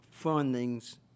fundings